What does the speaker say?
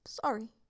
sorry